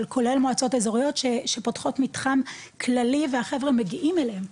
אבל כולל מועצות אזוריות שפותחות מתחם כללי והחבר'ה מגיעים אליהם,